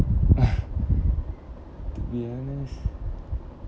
be honest